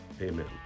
Amen